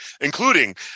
including